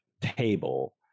table